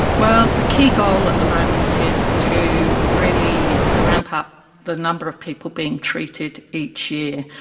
well, the key goal at the moment is to really ramp up the number of people being treated each year.